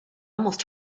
almost